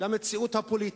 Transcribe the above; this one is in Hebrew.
למציאות הפוליטית.